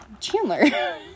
Chandler